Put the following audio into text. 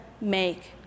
make